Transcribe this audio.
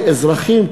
כאזרחים,